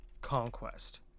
Conquest